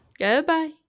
Goodbye